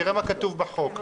תראה מה כתוב בחוק,